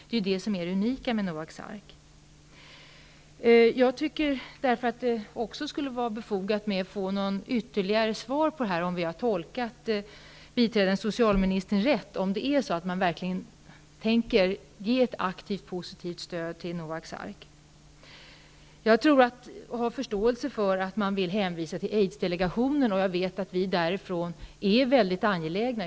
Det är det som är det unika med Noaks Jag tycker därför också att det skulle vara befogat att få ytterligare svar på om vi har tolkat biträdande socialministern rätt. Är det så att man verkligen tänker ge ett aktivt, positivt stöd till Noaks Ark? Jag har förståelse för att man vill hänvisa till Aidsdelegationen. Jag vet att man därifrån är mycket angelägen.